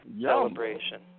celebration